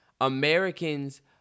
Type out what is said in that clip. Americans